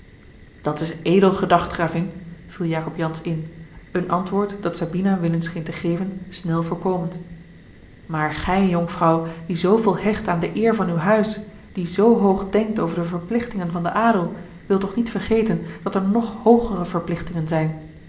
dat is edel gedacht gravin viel jacob jansz in een antwoord dat sabina willens scheen te geven snel voorkomend maar gij jonkvrouw die zooveel hecht aan de eer van uw huis die zoo hoog denkt over de verplichtingen van den adel wil toch niet vergeten dat er nog hoogere verplichtingen zijn